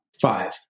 Five